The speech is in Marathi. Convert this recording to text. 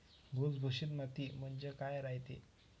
भुसभुशीत माती म्हणजे काय रायते?